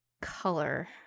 color